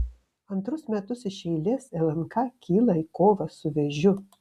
antrus metus iš eilės lnk kyla į kovą su vėžiu